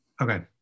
okay